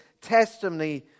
testimony